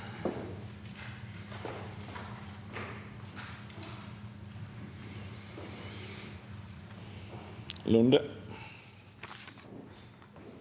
Lunde